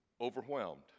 overwhelmed